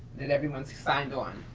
that everyone is signed on.